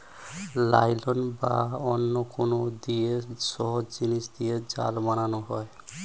nylon বা অন্য কুনু শক্ত জিনিস দিয়ে জাল বানায়